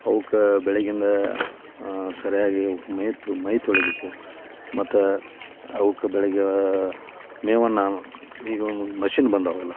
ಅವ್ಕೆ ಬೆಳಗಿಂದ ಸರಿಯಾಗಿ ಅವ್ಕೆ ಮೈ ತೊ ಮೈ ತೊಳಿಬೇಕು ಮತ್ತು ಅವ್ಕೆ ಬೆಳಿಗ್ಗೆ ಮೇವನ್ನು ಈಗ ಒಂದು ಮಷಿನ್ ಬಂದಾವಲ್ಲ